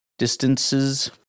distances